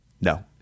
No